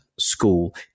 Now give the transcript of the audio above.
School